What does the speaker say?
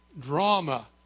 drama